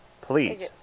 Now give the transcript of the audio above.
Please